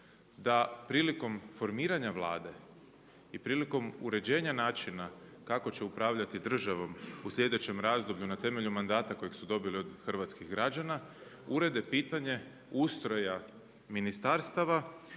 da prilikom formiranja Vlade i prilikom uređenja načina kako će upravljati državom u sljedećem razdoblju na temelju mandata kojeg su dobili od hrvatskih građana, urede pitanje ustroja ministarstava,